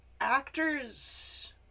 Actors